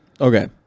Okay